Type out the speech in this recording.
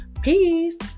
Peace